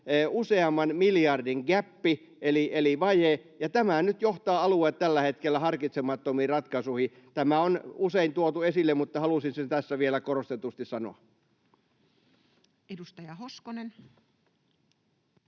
useamman miljardin gäppi eli vaje, ja tämä nyt johtaa alueet tällä hetkellä harkitsemattomiin ratkaisuihin. Tämä on usein tuotu esille, mutta halusin sen tässä vielä korostetusti sanoa. [Speech